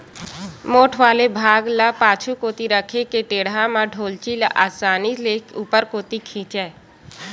मोठ वाले भाग ल पाछू कोती रखे के टेंड़ा म डोल्ची ल असानी ले ऊपर कोती खिंचय